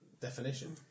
Definition